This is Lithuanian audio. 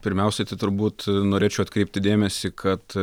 pirmiausiai tai turbūt norėčiau atkreipti dėmesį kad